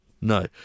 No